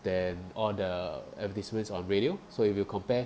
than all the advertisements on radio so if you compare